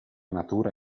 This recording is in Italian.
natura